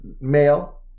male